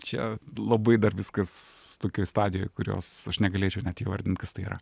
čia labai dar viskas tokioj stadijoj kurios aš negalėčiau net įvardint kas tai yra